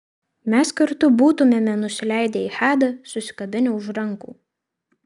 mes kartu būtumėme nusileidę į hadą susikabinę už rankų